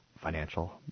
financial